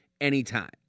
anytime